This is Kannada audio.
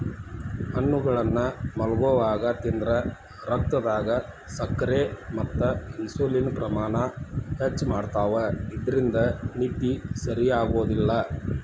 ಹಣ್ಣುಗಳನ್ನ ಮಲ್ಗೊವಾಗ ತಿಂದ್ರ ರಕ್ತದಾಗ ಸಕ್ಕರೆ ಮತ್ತ ಇನ್ಸುಲಿನ್ ಪ್ರಮಾಣ ಹೆಚ್ಚ್ ಮಾಡ್ತವಾ ಇದ್ರಿಂದ ನಿದ್ದಿ ಸರಿಯಾಗೋದಿಲ್ಲ